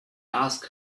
asked